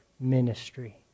ministry